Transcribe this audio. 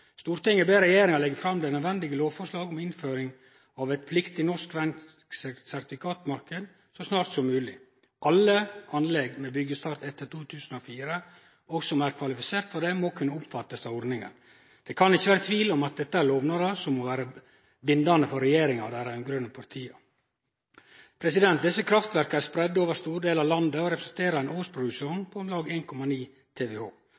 ber Regjeringen legge frem det nødvendige lovforslag om innføring av et pliktig norsk-svensk sertifikatmarked så snart som mulig. Alle anlegg med byggestart etter 2004 og som kvalifiserer for det, må kunne omfattes av ordningen.» Det kan ikkje vere tvil om at dette er lovnader som må vere bindande for regjeringa og dei raud-grøne partia. Desse kraftverka er spreidde over store delar av landet og representerer ein